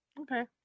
Okay